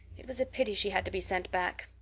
it was a pity she had to be sent back.